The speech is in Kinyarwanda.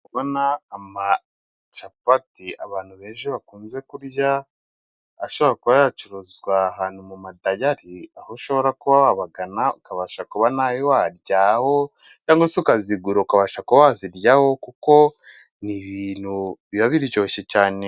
Ndikubona amacapati abantu benshi bakunze kurya, ashobora kubaya yacuruzwa ahantu mu madayari, aho ushobora kuba wabagana ukabasha kuba na we waryaho cyangwa se ukazigura ukabasha kuba waziryaho, kuko ni ibintu biba biryoshye cyane.